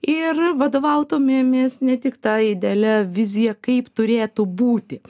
ir vadovautumėmės ne tik ta idealia vizija kaip turėtų būti